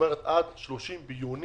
עד 30 ביוני,